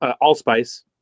allspice